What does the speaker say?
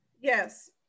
Yes